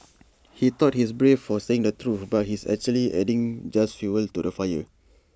he thought he's brave for saying the truth but he's actually just adding just fuel to the fire